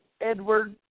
Edward